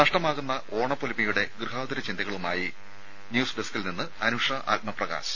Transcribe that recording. നഷ്ടമാകുന്ന ഓണപ്പൊലിമയുടെ ഗൃഹാതുര ചിന്തകളുമായി ന്യൂസ് ഡസ്ക്കിൽ നിന്ന് അനുഷ ആത്മപ്രകാശ്